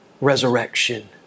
resurrection